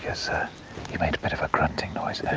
he made a bit of a grunting noise.